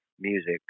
music